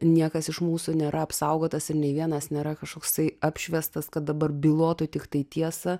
niekas iš mūsų nėra apsaugotas ir nei vienas nėra kažkoks tai apšviestas kad dabar bylotų tiktai tiesą